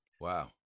Wow